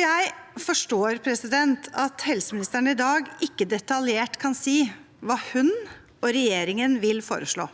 Jeg forstår at helseministeren i dag ikke detaljert kan si hva hun og regjeringen vil foreslå,